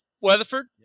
Weatherford